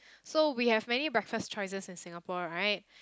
so we have many breakfast choices in Singapore right